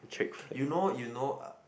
you know you know uh